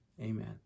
Amen